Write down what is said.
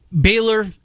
Baylor